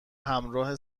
همراه